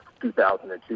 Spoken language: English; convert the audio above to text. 2002